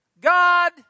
God